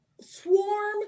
swarm